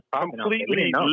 completely